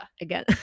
again